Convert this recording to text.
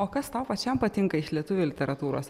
o kas tau pačiam patinka iš lietuvių literatūros